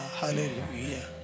hallelujah